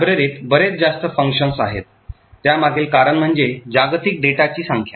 लायब्ररीत बरेच जास्त फंक्शन्स आहेत त्यामागील कारण म्हणजे जागतिक डेटाची संख्या